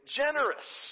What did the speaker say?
generous